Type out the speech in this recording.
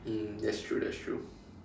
mm that's true that's true